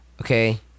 Okay